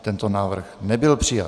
Tento návrh nebyl přijat.